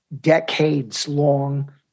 decades-long